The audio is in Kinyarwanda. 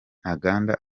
ntaganda